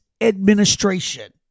administration